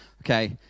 okay